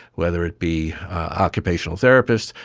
whether it be occupational therapists,